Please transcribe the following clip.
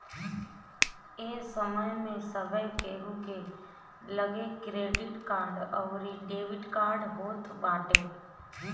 ए समय में सभे केहू के लगे क्रेडिट कार्ड अउरी डेबिट कार्ड होत बाटे